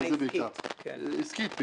פעילה עסקית.